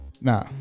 Nah